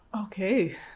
Okay